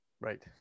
Right